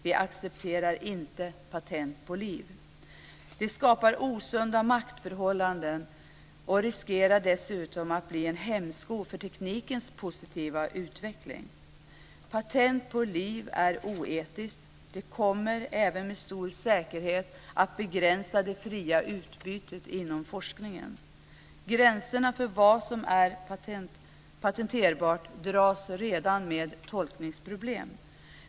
Vi accepterar inte patent på liv. Det skapar osunda maktförhållanden och riskerar dessutom att bli en hämsko för teknikens positiva utveckling. Patent på liv är oetiskt. Det kommer även med stor säkerhet att begränsa det fria utbytet inom forskningen. Gränserna för vad som är patenterbart dras redan med tolkningsproblem.